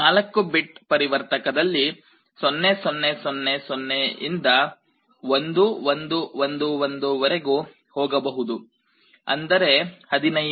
4 bit ಪರಿವರ್ತಕದಲ್ಲಿ 0 0 0 0 ಇಂದ 1 1 1 1 ವರೆಗೂ ಹೋಗಬಹುದು ಅಂದರೆ 15